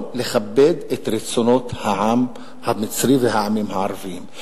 ולכבד את רצונות העם המצרי והעמים הערביים.